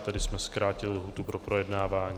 Tedy jsme zkrátili lhůtu pro projednávání.